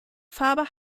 farbe